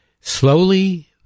slowly